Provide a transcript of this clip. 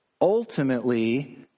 ultimately